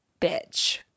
Bitch